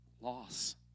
loss